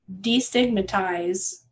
destigmatize